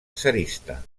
tsarista